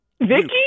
vicky